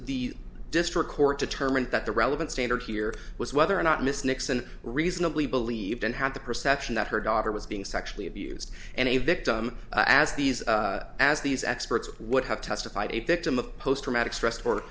the district court determined that the relevant standard here was whether or not miss nixon reasonably believed and had the perception that her daughter was being sexually abused and a victim as these as these experts would have testified a victim of post traumatic stress or